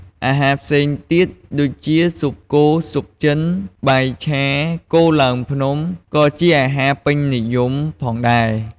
អាហារផ្សេងទៀតដូចជា ស៊ុបគោ ស៊ុបចិន បាយឆា គោឡើងភ្នំ ក៏ជាអាហារពេញនិយមផងដែរ។